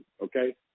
okay